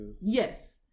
Yes